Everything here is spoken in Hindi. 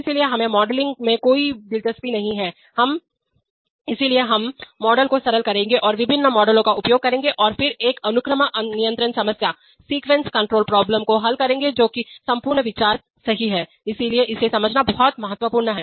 इसलिए हमें मॉडलिंग में कोई दिलचस्पी नहीं है इसलिए हम मॉडल को सरल करेंगे और विभिन्न मॉडलों का उपयोग करेंगे और फिर एक अनुक्रम नियंत्रण समस्या सीक्वेंस कंट्रोल प्रॉब्लमको हल करेंगे जो कि संपूर्ण विचार सही है इसलिए इसे समझना बहुत महत्वपूर्ण है